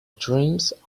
dreams